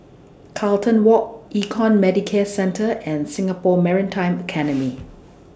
Carlton Walk Econ Medicare Centre and Singapore Maritime Academy